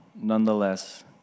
Nonetheless